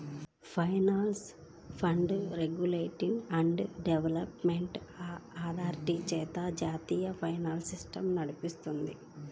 pension fund regulatory and development అథారిటీచే జాతీయ pension system నడుత్తది